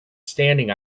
standing